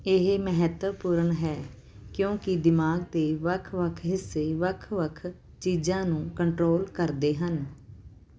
ਇਹ ਮਹੱਤਵਪੂਰਨ ਹੈ ਕਿਉਂਕੀ ਦਿਮਾਗ਼ ਦੇ ਵੱਖ ਵੱਖ ਹਿੱਸੇ ਵੱਖ ਵੱਖ ਚੀਜਾਂ ਨੂੰ ਕੰਟਰੋਲ ਕਰਦੇ ਹਨ